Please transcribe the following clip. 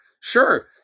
Sure